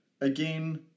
again